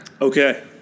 okay